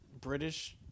British